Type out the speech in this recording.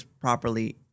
properly